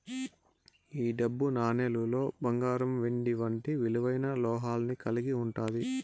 ఈ డబ్బు నాణేలులో బంగారం వెండి వంటి విలువైన లోహాన్ని కలిగి ఉంటాది